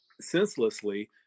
senselessly